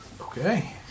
Okay